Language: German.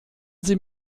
sie